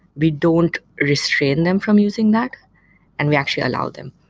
we don't restrain them from using that and we actually allow them.